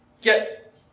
get